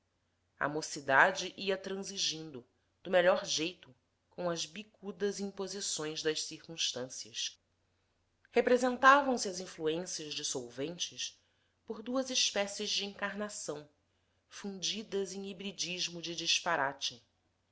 a mocidade ia transigindo do melhor jeito com as bicudas imposições das circunstâncias representavam se as influências dissolventes por duas espécies de encarnação fundidas em hibridismo de disparate